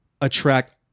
attract